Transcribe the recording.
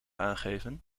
aangeven